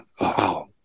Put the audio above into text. Wow